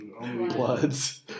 Bloods